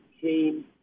came